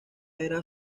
era